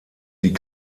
die